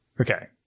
okay